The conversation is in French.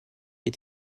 est